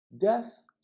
Death